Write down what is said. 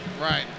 Right